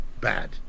bad